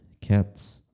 cats